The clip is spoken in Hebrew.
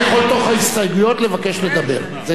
הוא יכול תוך ההסתייגויות לבקש לדבר, זה כן.